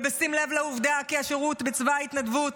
ובשים לב לעובדה כי השירות בצבא והתנדבות